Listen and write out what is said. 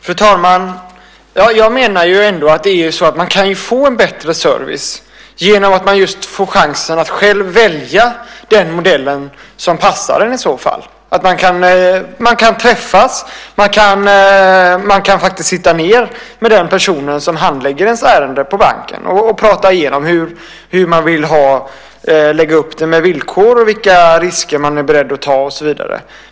Fru talman! Jag menar ändå att man kan få en bättre service genom att man just får chansen att själv välja den modell som passar. Man kan träffas och sitta ned tillsammans med den person som handlägger ens ärende på banken och tala igenom hur man vill lägga upp villkor och vilka risker som man är beredd att ta och så vidare.